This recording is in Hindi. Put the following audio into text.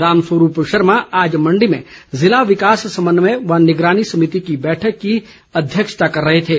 रामस्वरूप शर्मा आज मंडी में जिला विकास समन्वय व निगरानी समिति की बैठक की अध्यक्षता कर रहे थे